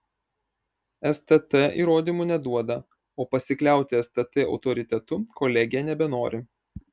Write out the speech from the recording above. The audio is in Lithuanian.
stt įrodymų neduoda o pasikliauti stt autoritetu kolegija nebenori